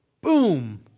Boom